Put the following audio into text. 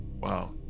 wow